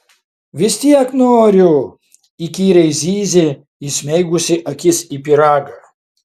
vis tiek noriu įkyriai zyzė įsmeigusi akis į pyragą